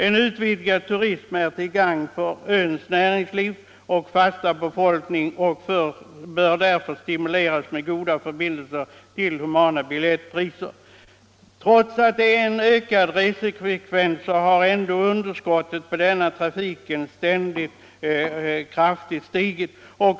En utvidgad turism är till gagn för öns näringsliv och fasta befolkning och bör stimuleras med goda förbindelser till humana biljettpriser. Trots att resefrekvensen ökar har ändå underskottet på denna trafik ständigt stigit.